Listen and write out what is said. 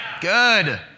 Good